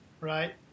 Right